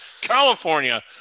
California